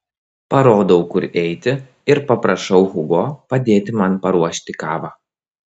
parodau kur eiti ir paprašau hugo padėti man paruošti kavą